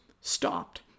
stopped